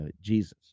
Jesus